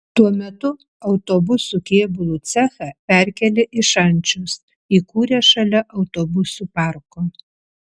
tuo metu autobusų kėbulų cechą perkėlė į šančius įkūrė šalia autobusų parko